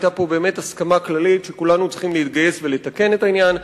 היתה פה הסכמה כללית שכולנו צריכים להתגייס ולתקן את העניין.